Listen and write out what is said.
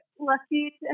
lucky